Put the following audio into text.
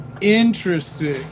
Interesting